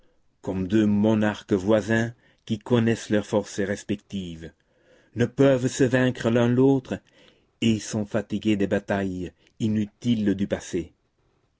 comme deux monarques voisins qui connaissent leurs forces respectives ne peuvent se vaincre l'un l'autre et sont fatigués des batailles inutiles du passé